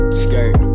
skirt